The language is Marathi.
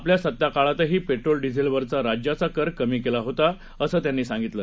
आपल्यासत्ताकाळातहीपेट्रोलडिझेलवरचाराज्याचाकरकमीकेलाहोताअसंत्यांनीसांगितलं